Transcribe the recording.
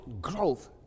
growth